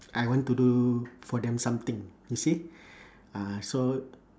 I want to do for them something you see uh so